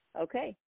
Okay